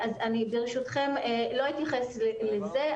ברשותכם לא אתייחס לזה,